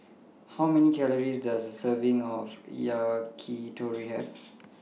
How Many Calories Does A Serving of Yakitori Have